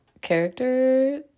character